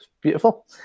Beautiful